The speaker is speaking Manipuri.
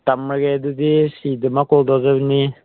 ꯊꯝꯃꯒꯦ ꯑꯗꯨꯗꯤ ꯁꯤꯒꯤꯗꯃꯛ ꯀꯣꯜ ꯇꯧꯖꯕꯅꯤ